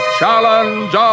challenge